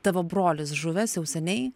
tavo brolis žuvęs jau seniai